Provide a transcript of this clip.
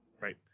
Right